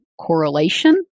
correlation